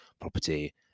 property